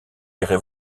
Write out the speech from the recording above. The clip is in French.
irait